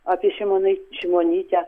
apie šimonai šimonytė